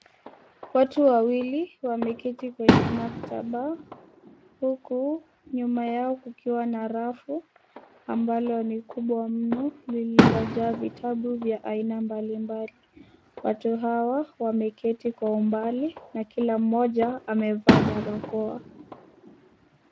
Watu wawili wameketi kwenye maktaba huku nyuma yao kukiwa na rafu ambalo ni kubwa mno lililojaa vitabu vya aina mbalimbali. Watu hawa wameketi kwa umbali na kila mmoja amevaa barakoa.